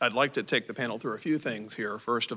i'd like to take the panel through a few things here first of